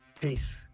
Peace